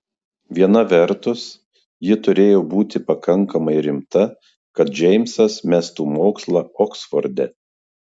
viena vertus ji turėjo būti pakankamai rimta kad džeimsas mestų mokslą oksforde